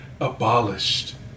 abolished